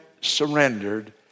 surrendered